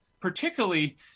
particularly